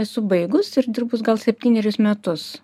esu baigus ir dirbus gal septynerius metus